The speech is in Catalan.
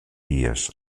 dies